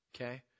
Okay